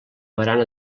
barana